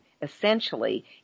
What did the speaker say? essentially